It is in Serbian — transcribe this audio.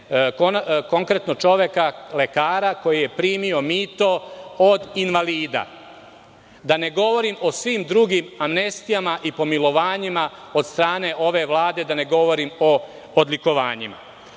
Konkretno čoveka, lekara koji je primio mito od invalida. Da ne govorim o svim drugim amnestijama i pomilovanjima od strane ove Vlade, da ne govorim o odlikovanjima.I